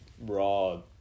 raw